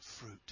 fruit